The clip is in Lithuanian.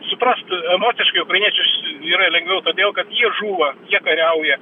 suprast emociškai ukrainiečius yra lengviau todėl kad jie žūva jie kariauja